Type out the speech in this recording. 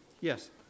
yes